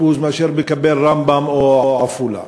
מאשר מקבלים מהן בית-החולים רמב"ם או בית-החולים בעפולה.